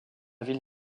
ville